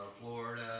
Florida